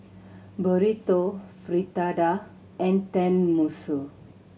Burrito Fritada and Tenmusu